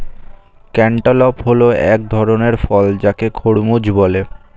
cantaloupe হল এক ধরণের ফল যাকে খরমুজ বলে